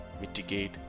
mitigate